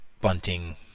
bunting